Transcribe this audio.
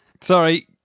Sorry